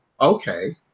okay